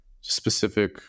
specific